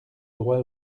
droit